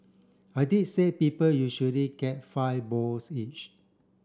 I did say people usually get five bowls each